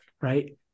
Right